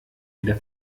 wieder